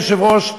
אדוני היושב-ראש,